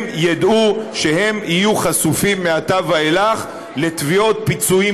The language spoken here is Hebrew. הם ידעו שהם יהיו חשופים מעתה ואילך לתביעות פיצויים